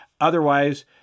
Otherwise